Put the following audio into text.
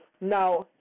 Now